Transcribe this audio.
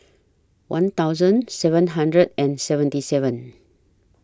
one thousand seven hundred and seventy seven